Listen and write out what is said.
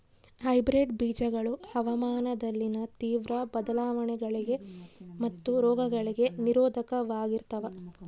hybrid ಬೇಜಗಳು ಹವಾಮಾನದಲ್ಲಿನ ತೇವ್ರ ಬದಲಾವಣೆಗಳಿಗೆ ಮತ್ತು ರೋಗಗಳಿಗೆ ನಿರೋಧಕವಾಗಿರ್ತವ